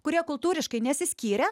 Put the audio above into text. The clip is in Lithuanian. kurie kultūriškai nesiskyrė